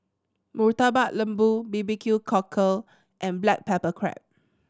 Murtabak Lembu B B Q Cockle and black pepper crab